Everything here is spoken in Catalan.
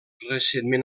recentment